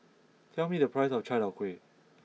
tell me the price of Chai Tow Kuay